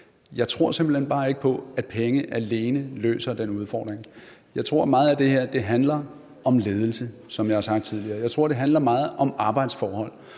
jeg tror simpelt hen bare ikke på, at penge alene løser den udfordring. Jeg tror, meget af det her handler om ledelse, som jeg har sagt tidligere. Jeg tror, det handler meget om arbejdsforhold,